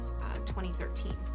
2013